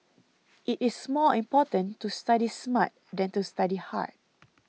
it is more important to study smart than to study hard